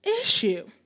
issue